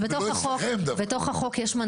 זה לא אצלכם דווקא.